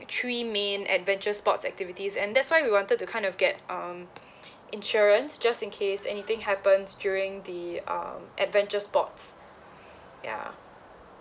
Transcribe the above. three main adventure sports activities and that's why we wanted to kind of get um insurance just in case anything happens during the um adventure sports ya